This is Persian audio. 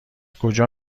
کجا